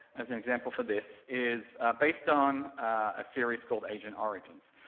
as an example for this, is based on a series called agent origins.